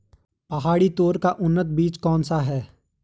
पहाड़ी तोर का उन्नत बीज कौन सा है?